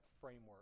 framework